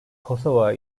kosova